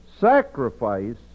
sacrifice